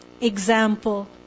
example